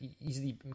easily